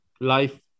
life